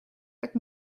tak